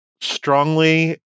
strongly